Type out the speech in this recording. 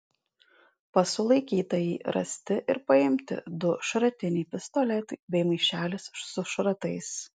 pas sulaikytąjį rasti ir paimti du šratiniai pistoletai bei maišelis su šratais